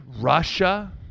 Russia